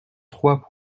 trois